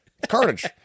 Carnage